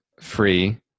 free